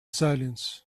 silence